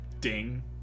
ding